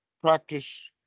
practice